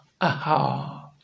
Aha